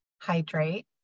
hydrate